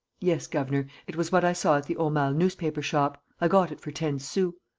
yes, governor. it was what i saw at the aumale newspaper-shop. i got it for ten sous.